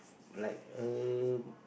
like a